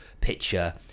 picture